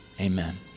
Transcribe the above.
amen